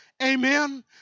Amen